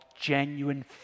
genuine